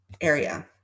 area